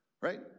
right